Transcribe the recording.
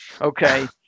okay